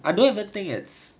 I don't even think it's